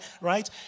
right